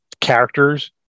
characters